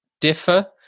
differ